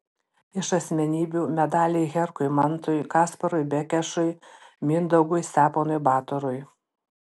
iš asmenybių medaliai herkui mantui kasparui bekešui mindaugui steponui batorui